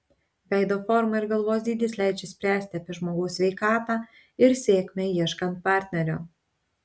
veido forma ir galvos dydis leidžia spręsti apie žmogaus sveikatą ir sėkmę ieškant partnerio